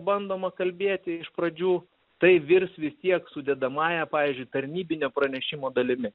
bandoma kalbėti iš pradžių tai virs vis tiek sudedamąja pavyzdžiui tarnybinio pranešimo dalimi